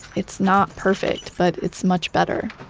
it's not perfect but it's much better